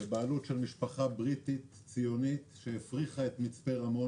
בבעלות של משפחה בריטית ציונית שהפריחה את מצפה רמון